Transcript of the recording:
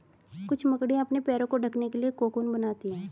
कुछ मकड़ियाँ अपने पैरों को ढकने के लिए कोकून बनाती हैं